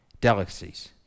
delicacies